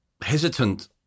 hesitant